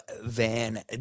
Van